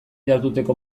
jarduteko